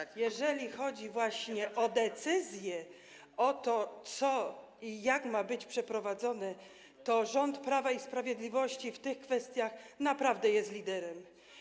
Niestety, jeżeli chodzi właśnie o decyzje, o to, co i jak ma być przeprowadzone, to rząd Prawa i Sprawiedliwości w tych kwestiach naprawdę jest liderem.